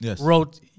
wrote